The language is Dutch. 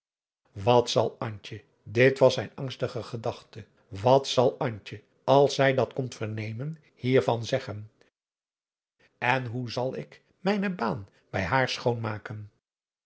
wat zal antje dit was zijn angstige gedachte wat zal antje als zij dat komt te vernemen hiervan zeggen en hoe zal ik mijne baan bij haar